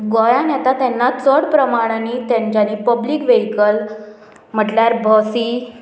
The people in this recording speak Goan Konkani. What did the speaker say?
गोंयान येता तेन्ना चड प्रमाणांनी तेंच्यानी पब्लीक वेहीकल म्हटल्यार बसी